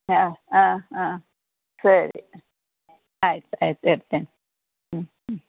ಹಾಂ ಹಾಂ ಹಾಂ ಸರಿ ಆಯ್ತು ಆಯ್ತು ಇಡ್ತೆನೆ ಹ್ಞೂ ಹ್ಞೂ